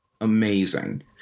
amazing